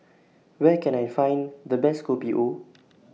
Where Can I Find The Best Kopi O